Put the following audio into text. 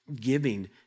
giving